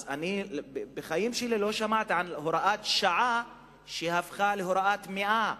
אז אני בחיים שלי לא שמעתי על הוראת שעה שהפכה להוראת מאה,